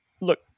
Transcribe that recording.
look